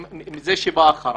עם השר שיבוא אחריו.